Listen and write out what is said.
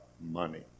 money